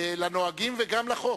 לנהגים וגם לחוק,